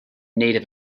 native